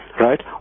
Right